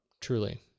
truly